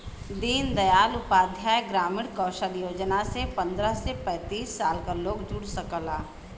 दीन दयाल उपाध्याय ग्रामीण कौशल योजना से पंद्रह से पैतींस साल क लोग जुड़ सकला